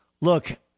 look